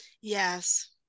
Yes